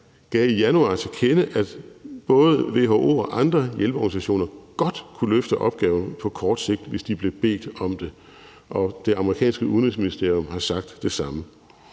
gav i januar til kende, at både WHO og andre hjælpeorganisationer godt kunne løfte opgaven på kort sigt, hvis de blev bedt om det. Og det amerikanske udenrigsministerium har sagt det samme.